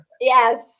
Yes